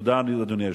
תודה, אדוני היושב-ראש.